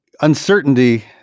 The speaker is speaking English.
uncertainty